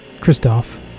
Christoph